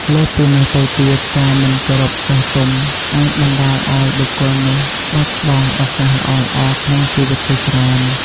លើសពីនេះទៅទៀតការមិនគោរពចាស់ទុំអាចបណ្ដាលឲ្យបុគ្គលនោះបាត់បង់ឱកាសល្អៗក្នុងជីវិតជាច្រើន។